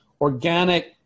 organic